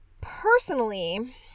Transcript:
Personally